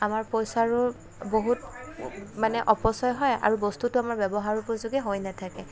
আমাৰ পইচাৰো বহুত মানে অপচয় হয় আৰু বস্তুটো আমাৰ ব্য়ৱহাৰ উপযোগী হৈ নাথাকে